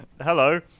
Hello